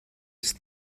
this